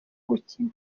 gukina